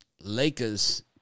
Lakers